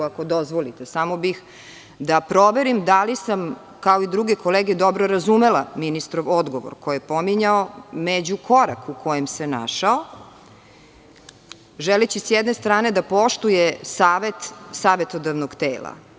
Ako dozvolite samo bih da proverim da li sam, kao i druge kolege, dobro razumela ministrov odgovor koji je pominjao „međukorak“ u kojem se našao, želeći s jedne strane da poštuje savet savetodavnog tela.